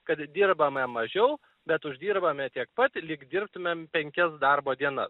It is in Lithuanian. kad dirbame mažiau bet uždirbame tiek pat lyg dirbtumėm penkias darbo dienas